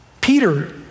Peter